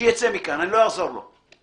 שייצא מכאן, אני לא אעזור לו.